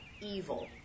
evil